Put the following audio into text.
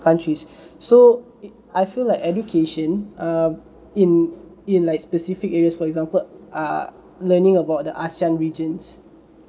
countries so I feel like education uh in in like specific areas for example err learning about the asian regions